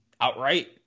outright